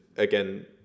again